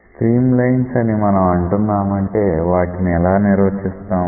stream lines అని మనం అంటున్నామంటే వాటిని ఎలా నిర్వచిస్తాం